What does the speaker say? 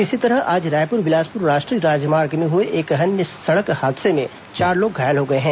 इसी तरह आज रायपुर बिलासपुर राष्ट्रीय राजमार्ग में हुए एक अन्य सड़क हादसे में चार लोग घायल हो गए हैं